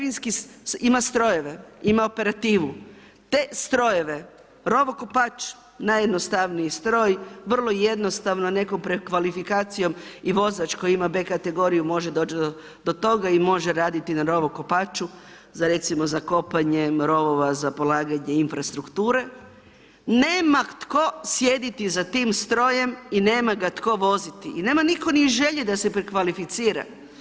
Ima strojeve, ima operativu, te strojeve, rovokopač najjednostavniji stroj, vrlo jednostavno netko prekvalifikacijom i vozač koji ima B kategoriju može doć do toga i može raditi na rovokopaču za recimo za kopanjem rovova za polaganjem infrastrukture, nema tko sjediti za tim strojem i nema ga tko voziti i nema nitko ni želje da se prekvalificira.